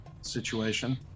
situation